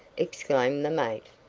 exclaimed the mate.